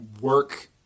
work